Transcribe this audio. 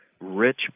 rich